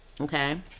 Okay